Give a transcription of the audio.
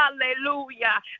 hallelujah